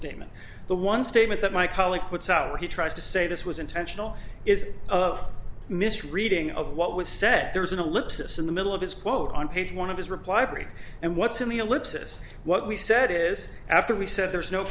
statement the one statement that my colleague puts out he tries to say this was intentional is of misreading of what was said there was an ellipsis in the middle of his quote on page one of his reply brief and what's in the ellipsis what we said is after we said there's no